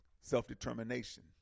self-determination